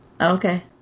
Okay